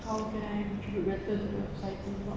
how can I contribute better to the society